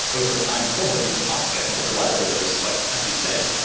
overtime, probably the parts get more reliable. as like as you said,